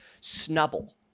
snubble